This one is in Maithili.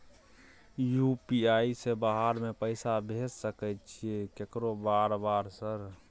यु.पी.आई से बाहर में पैसा भेज सकय छीयै केकरो बार बार सर?